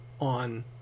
on